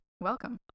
welcome